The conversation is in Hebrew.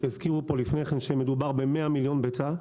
הזכירו פה לפני כן שמדובר ב-100 מיליון ביצים.